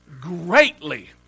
greatly